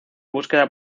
búsqueda